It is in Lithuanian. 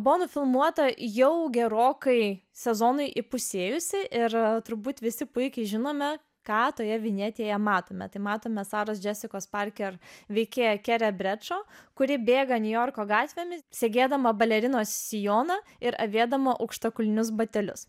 buvo nufilmuota jau gerokai sezonui įpusėjusi ir turbūt visi puikiai žinome ką toje vinjetėje matome tai matome saros džesikos parker veikėja kuri bėga niujorko gatvėmis segėdama balerinos sijoną ir avėdama aukštakulnius batelius